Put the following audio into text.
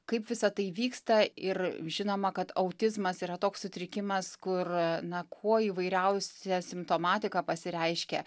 kaip visa tai vyksta ir žinoma kad autizmas yra toks sutrikimas kur na kuo įvairiausia simptomatika pasireiškia